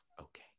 Okay